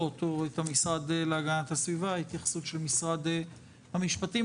או את המשרד להגנת הסביבה והתייחסות משרד המשפטים.